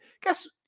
guess